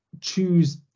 choose